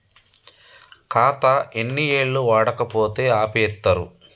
ఖాతా ఎన్ని ఏళ్లు వాడకపోతే ఆపేత్తరు?